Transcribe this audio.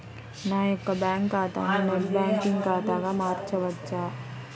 నా యొక్క బ్యాంకు ఖాతాని నెట్ బ్యాంకింగ్ ఖాతాగా మార్చవచ్చా?